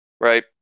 right